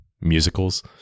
musicals